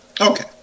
Okay